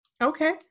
Okay